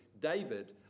David